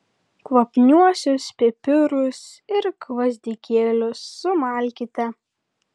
kvapniuosius pipirus ir gvazdikėlius sumalkite